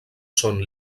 són